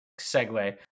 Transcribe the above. segue